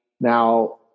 now